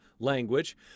language